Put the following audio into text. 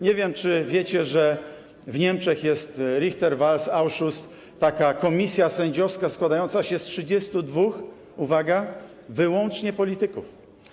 Nie wiem, czy wiecie, że w Niemczech jest Richterwahlausschuss, taka komisja sędziowska składająca się z 32 - uwaga - wyłącznie polityków.